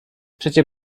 przecie